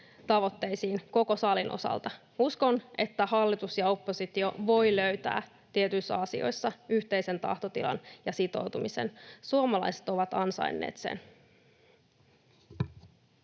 tavoitteisiin koko salin osalta. Uskon, että hallitus ja oppositio voivat löytää tietyissä asioissa yhteisen tahtotilan ja sitoutumisen. Suomalaiset ovat ansainneet sen.